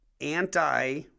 anti